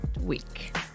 week